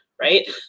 right